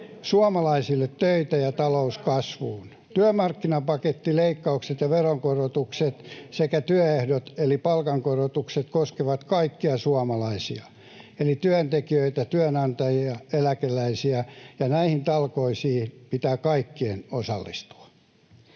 suomalaisille töitä ja talous kasvuun. Työmarkkinapaketti, leikkaukset ja veronkorotukset sekä työehdot eli palkankorotukset koskevat kaikkia suomalaisia eli työntekijöitä, työnantajia ja eläkeläisiä, ja näihin talkoisiin pitää kaikkien osallistua